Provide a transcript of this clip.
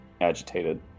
agitated